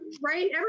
right